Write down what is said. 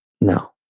no